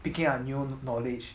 picking a new knowledge